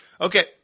Okay